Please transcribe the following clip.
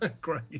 Great